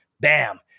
bam